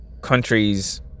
countries